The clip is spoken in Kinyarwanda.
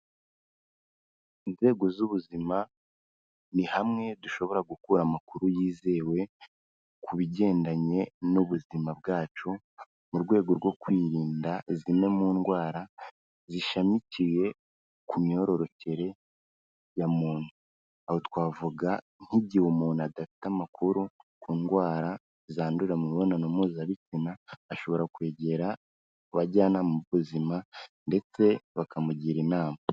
Inzego z'ubuzima ni hamwe dushobora gukura amakuru yizewe ku bigendanye n'ubuzima bwacu mu rwego rwo kwirinda zimwe mu ndwara zishamikiye ku myororokere ya muntu. Aho twavuga nk'igihe umuntu adafite amakuru ku ndwara zandurira mu mibonano mpuzabitsina, ashobora kwegera abajyanama b'ubuzima ndetse bakamugira inama.